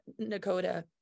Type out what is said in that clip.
Nakota